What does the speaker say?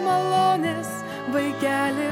malonės vaikeli